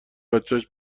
بچش